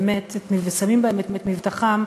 באמת שמים בהם את מבטחם,